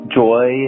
joy